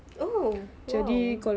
oh !wow!